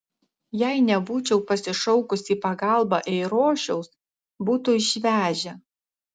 jei nebūčiau pasišaukus į pagalbą eirošiaus būtų išvežę